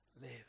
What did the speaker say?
live